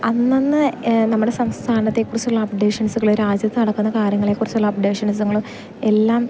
അന്നന്ന് നമ്മുടെ സംസ്ഥാനത്തെ കുറിച്ചുള്ള അപ്ഡേഷൻസ്കൾ രാജ്യത്ത് നടക്കുന്ന കാര്യങ്ങളെ കുറിച്ചുള്ള അപ്ഡേഷൻസ്കളും എല്ലാം